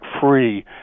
free